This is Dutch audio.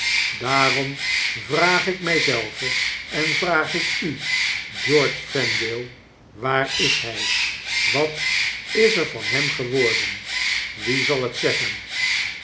daarom vraag ik mg zelven en vraagiku george vendale waar is hg wat is er van hem geworden p wie zal het zeggen